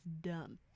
dumb